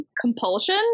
Compulsion